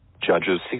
Judges